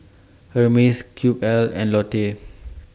Hermes Cube I and Lotte